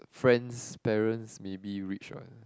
friend's parents maybe rich what